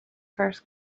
first